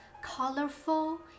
colorful